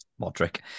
Modric